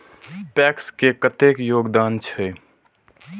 PACS के कतेक योगदान छै?